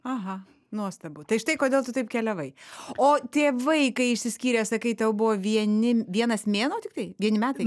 aha nuostabu tai štai kodėl tu taip keliavai o tėvai kai išsiskyrė sakai tau buvo vieni vienas mėnuo tiktai vieni metai